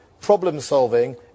problem-solving